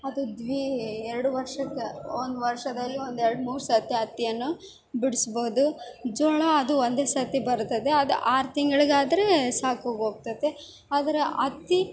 ಅದು ದ್ವೀ ಎರಡು ವರ್ಷಕ್ಕೆ ಒಂದು ವರ್ಷದಲ್ಲಿ ಒಂದು ಎರಡುಮೂರು ಸತಿ ಹತ್ತಿಯನ್ನು ಬಿಡಿಸ್ಬೌದು ಜೋಳ ಅದು ಒಂದೇ ಸತಿ ಬರ್ತದೆ ಅದು ಆರು ತಿಂಗ್ಳಿಗೆ ಆದರೆ ಸಾಕಾಗೊಗ್ತತೆ ಅದರ ಹತ್ತಿ